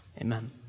Amen